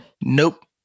Nope